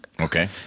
Okay